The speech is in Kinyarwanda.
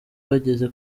bageze